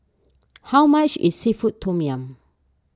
how much is Seafood Tom Yum